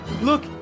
Look